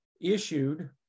issued